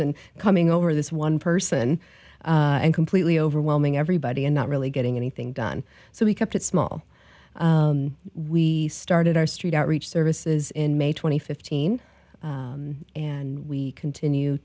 and coming over this one person and completely overwhelming everybody and not really getting anything done so we kept it small we started our street outreach services in may twenty fifteen and we continue